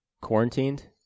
Quarantined